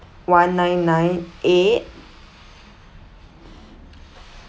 one nine nine eight